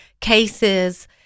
cases